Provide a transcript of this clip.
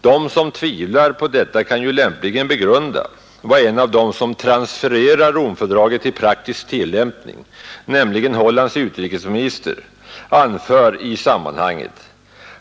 De som tvivlar på detta kan ju lämpligen begrunda vad en av dem som transfererar Romfördraget till praktisk tillämpning, nämligen Hollands utrikesminister, anför i sammanhanget.